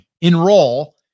enroll